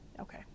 Okay